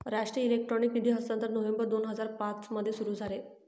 राष्ट्रीय इलेक्ट्रॉनिक निधी हस्तांतरण नोव्हेंबर दोन हजार पाँच मध्ये सुरू झाले